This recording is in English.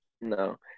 no